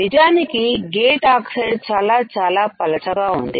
నిజానికి గేట్ ఆక్సైడ్చాలా చాలా పలుచగా ఉంది